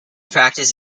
practice